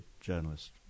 journalist